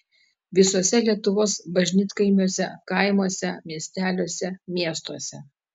visuose lietuvos bažnytkaimiuose kaimuose miesteliuose miestuose